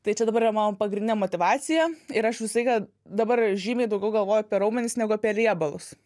tai čia dabar yra mano pagrindinė motyvacija ir aš visą laiką dabar žymiai daugiau galvoju apie raumenis negu apie riebalus